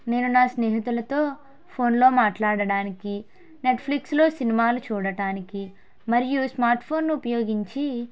నేను నా స్నేహితులతో ఫోన్లో మాట్లాడటానికి నెట్ఫ్లిక్స్లో సినిమాలు చూడడానికి మరియు స్మార్ట్ ఫోన్ను ఉపయోగించి